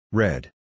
red